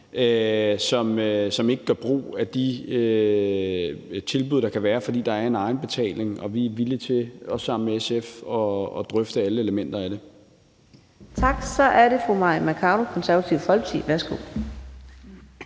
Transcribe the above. som ikke gør brug af de tilbud, der kan være, fordi der er en egenbetaling. Vi er villige til, også sammen med SF, at drøfte alle elementer af det. Kl. 11:28 Fjerde næstformand (Karina Adsbøl): Tak. Så